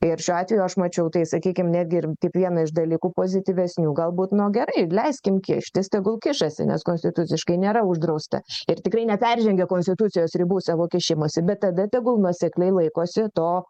ir šiuo atveju aš mačiau tai sakykim netgi ir kaip vieną iš dalykų pozityvesnių galbūt nu gerai leiskim kištis tegul kišasi nes konstituciškai nėra uždrausta ir tikrai neperžengia konstitucijos ribų savo kišimusi bet tada tegul nuosekliai laikosi to